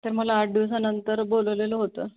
तर मला आठ दिवसानंतर बोलवलेलं होतं